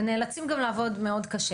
ונאלצים גם לעבוד מאוד קשה